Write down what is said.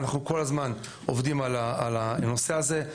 אנחנו כל הזמן עובדים על הנושא הזה.